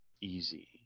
easy